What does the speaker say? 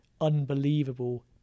unbelievable